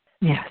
Yes